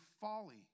folly